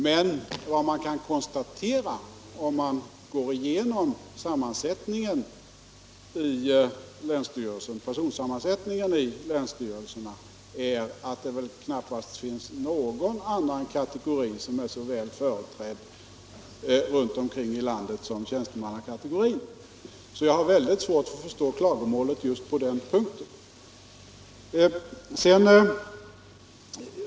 Men vad man kan konstatera, om man går igenom personsammansättningen i länsstyrelsernas styrelser, är att det väl knappast finns någon annan kategori som är så väl företrädd runt om i landet som tjänstemannakategorin. Så jag har väldigt svårt att förstå klagomålen just på den punkten.